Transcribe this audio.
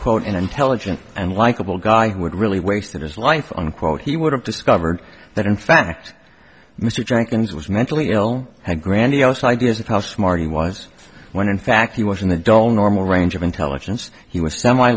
quote an intelligent and likable guy who would really wasted his life unquote he would have discovered that in fact mr jenkins was mentally ill had grandiose ideas of how smart he was when in fact he was in the don't normal range of intelligence he was semi